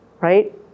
Right